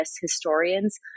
historians